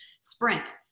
sprint